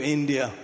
India